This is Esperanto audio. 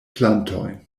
plantojn